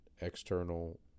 external